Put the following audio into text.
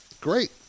Great